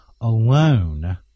alone